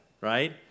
right